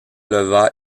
leva